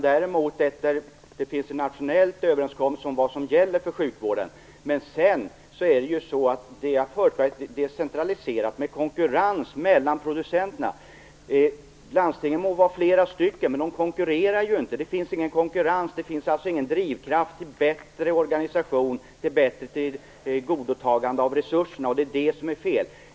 Det finns en nationell överenskommelse om vad som gäller för sjukvården, men det jag förespråkar är ett decentraliserat system med konkurrens mellan producenterna. Landstingen må vara några stycken, men de konkurrerar ju inte. Det finns ingen konkurrens. Det finns alltså ingen drivkraft till bättre organisation, till bättre tillvaratagande av resurserna, och det är det som är fel.